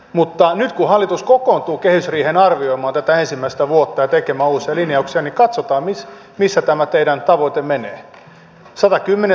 mutta nyt kun hallitus kokoontuu kehysriiheen arvioimaan tätä ensimmäistä vuotta ja tekemään uusia linjauksia niin katsotaan missä tämä teidän tavoitteenne menee